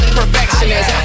perfectionist